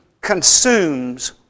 consumes